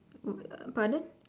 uh pardon